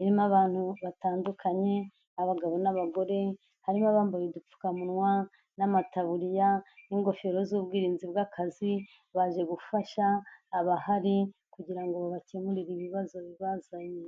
irimo abantu batandukanye abagabo n'abagore, harimo abambaye udupfukamunwa n'amataburiya n'ingofero z'ubwirinzi bw'akazi baje gufasha abahari kugira ngo babakemurire ibibazo bibazanye.